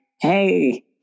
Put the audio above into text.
hey